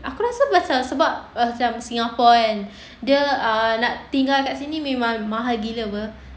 aku rasa macam sebab macam singapore kan dia uh nak tinggal dekat sini memang mahal gila apa